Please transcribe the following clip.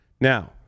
Now